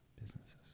Businesses